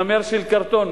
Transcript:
נמר של קרטון,